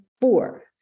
four